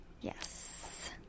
Yes